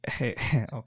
Okay